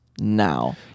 now